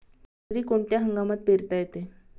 बाजरी कोणत्या हंगामात पेरता येते?